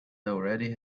already